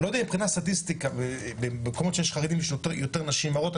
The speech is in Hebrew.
אני לא יודע אם מבחינת סטטיסטיקה במקומות שיש חרדים יש יותר נשים הרות,